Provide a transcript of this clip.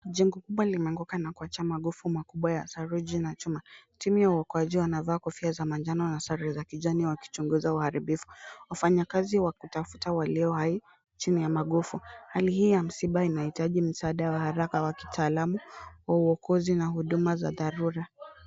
Jengo kubwa limeanguka na kuacha magofu makubwa ya saruji na chuma. Timu ya waokoaji wanavaa kofia za manjano na sare za kijani wakichunguza uharibifu. Wafanyakazi wa kutafuta walio hai chini ya magofu. Hali hii ya msiba inahitaji msaada wa haraka wa kitaalamu wa uokozi na huduma za dharura.